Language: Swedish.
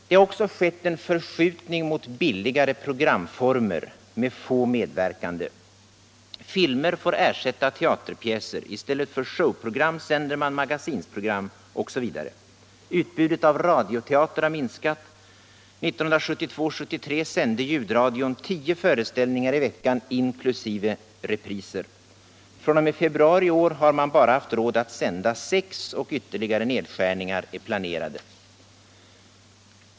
Det har skett en förskjutning mot billigare programformer med två medverkande. Filmer får ersätta teaterpjäser; i stället för showprogram sänds magasinsprogram osv. Utbudet av radioteater har också minskat. 1972/73 sände ljudradion tio föreställningar i veckan, inkl. repriser. fr.o.m. februari i år har man bara råd att sända sex och ytterligare nedskärningar är planerade.